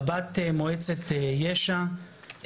קב"ט מועצת יש"ע,